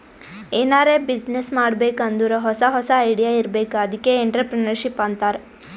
ಎನಾರೇ ಬಿಸಿನ್ನೆಸ್ ಮಾಡ್ಬೇಕ್ ಅಂದುರ್ ಹೊಸಾ ಹೊಸಾ ಐಡಿಯಾ ಇರ್ಬೇಕ್ ಅದ್ಕೆ ಎಂಟ್ರರ್ಪ್ರಿನರ್ಶಿಪ್ ಅಂತಾರ್